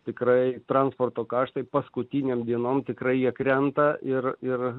tikrai transporto kaštai paskutinėm dienom tikrai jie krenta ir ir